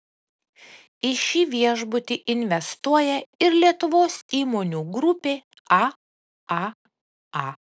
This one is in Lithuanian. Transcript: į šį viešbutį investuoja ir lietuvos įmonių grupė aaa